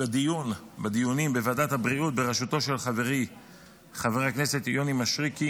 בדיונים בוועדת הבריאות בראשותו של חברי חבר הכנסת יוני מישרקי